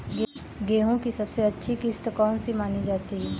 गेहूँ की सबसे अच्छी किश्त कौन सी मानी जाती है?